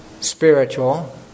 spiritual